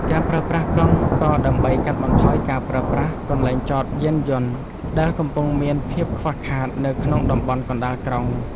ការប្រើប្រាស់កង់ ក៏ដើម្បីកាត់បន្ថយការប្រើប្រាស់កន្លែងចតយានយន្ត ដែលកំពុងមានភាពខ្វះខាតនៅក្នុងតំបន់កណ្ដាលក្រុង។